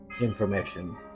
information